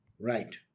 Right